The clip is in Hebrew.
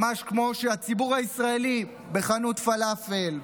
ממש כמו שהציבור הישראלי בחנות פלאפל,